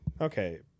Okay